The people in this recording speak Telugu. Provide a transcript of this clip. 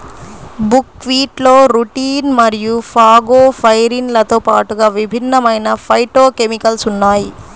బుక్వీట్లో రుటిన్ మరియు ఫాగోపైరిన్లతో పాటుగా విభిన్నమైన ఫైటోకెమికల్స్ ఉన్నాయి